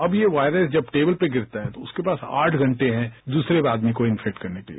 अब ये वायरस जब टेबल पर गिरता है तो उसके पास आठ घंटे हैं दूसरे आदमी को इन्फैक्ट करने के लिए